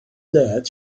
that